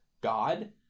god